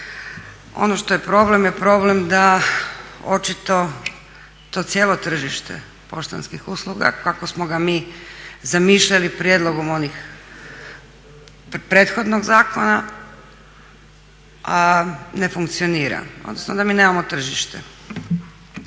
Ono što je problem je problem da očito to cijelo tržište poštanskih usluga kako smo ga zamišljali mi prijedlogom onog prethodnog zakona, a ne funkcionira odnosno da mi nemamo tržište